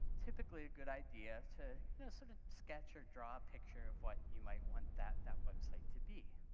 typically a good idea to sort of sketch or draw a picture of what you might want that that website to be.